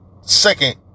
second